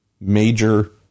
major